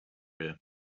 career